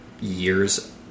Years